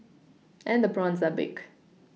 and the prawns are big